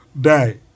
die